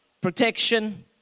protection